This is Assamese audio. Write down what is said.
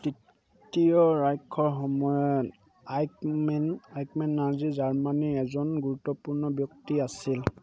তৃতীয় ৰাইখৰ সময়ত আইকমেন আইকমেন নাজী জাৰ্মানীৰ এজন গুৰুত্বপূৰ্ণ ব্যক্তি আছিল